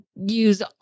use